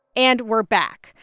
and we're back.